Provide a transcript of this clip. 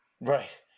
Right